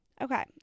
Okay